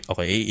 Okay